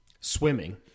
swimming